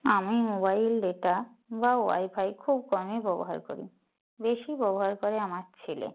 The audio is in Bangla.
আমি মোবাইল ডেটা বা ওয়াইফাই খুব কমই ব্যবহার করি বেশি ব্যবহার করে আমার ছেলে